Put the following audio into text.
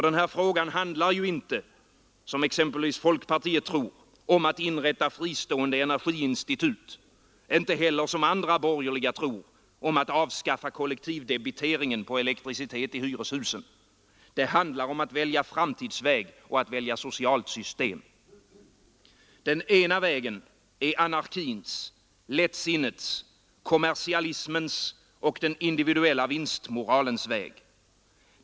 Den här frågan handlar ju inte — som exempelvis folkpartiet tror — om att inrätta fristående energiinstitut och inte heller, som andra borgerliga tror, om att avskaffa kollektivdebiteringen på elektricitet i hyreshusen. Här handlar det om att välja framtidsväg och att välja socialt system. Den ena vägen är anarkins, lättsinnets, kommersialismens och den individuella vinstmoralens väg.